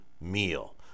meal